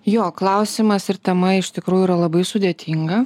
jo klausimas ir tema iš tikrųjų yra labai sudėtinga